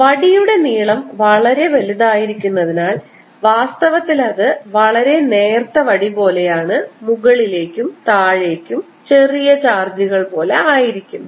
വടിയുടെ നീളം വളരെ വലുതായിരിക്കുന്നതിനാൽ വാസ്തവത്തിൽ അത് വളരെ നേർത്ത വടി പോലെയാണ് മുകളിലേക്കും താഴേക്കും ചെറിയ ചാർജുകൾ പോലെ ആയിരിക്കുന്നു